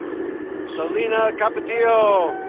selina capatillo.